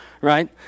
right